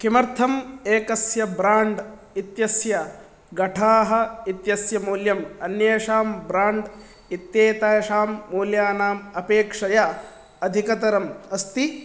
किमर्थम् एकस्य ब्राण्ड् इत्यस्य घटाः इत्यस्य मूल्यम् अन्येषां ब्राण्ड् इत्येतेषां मूल्यानाम् अपेक्षया अधिकतरम् अस्ति